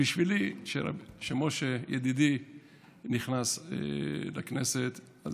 בשבילי זה שמשה ידידי נכנס לכנסת.